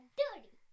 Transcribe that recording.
dirty